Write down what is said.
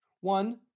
one